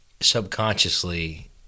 subconsciously